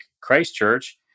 Christchurch